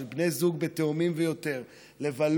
שבני זוג של תאומים ויותר יבלו